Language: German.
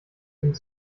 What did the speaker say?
kind